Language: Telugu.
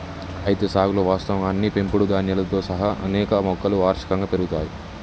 అయితే సాగులో వాస్తవంగా అన్ని పెంపుడు ధాన్యాలతో సహా అనేక ఆహార మొక్కలు వార్షికంగా పెరుగుతాయి